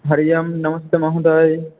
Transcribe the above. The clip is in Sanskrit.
हरि ओं नमस्ते महोदय